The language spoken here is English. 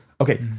Okay